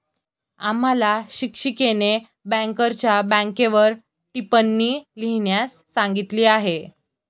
आम्हाला शिक्षिकेने बँकरच्या बँकेवर टिप्पणी लिहिण्यास सांगितली आहे